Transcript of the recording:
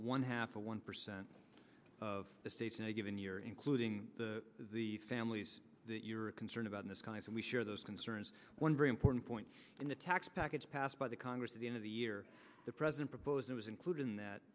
one half of one percent of the states in a given year including the families that you are concerned about in the skies and we share those concerns one very important point in the tax package passed by the congress at the end of the year the president proposed it was included in that